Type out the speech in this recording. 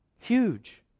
Huge